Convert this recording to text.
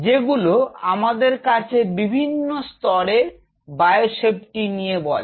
যেগুলো আমাদের কাছে বিভিন্ন স্তরের বায়োসেফটি নিয়ে বলে